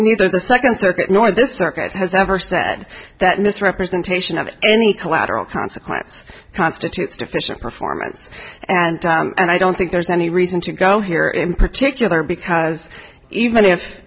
neither the second circuit nor this circuit has ever said that misrepresentation of any collateral consequence constitutes deficient performance and i don't think there's any reason to go here in particular because even if